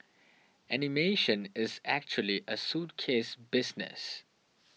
animation is actually a suitcase business